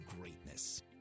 greatness